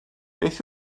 beth